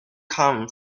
come